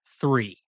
Three